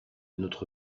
notre